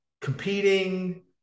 competing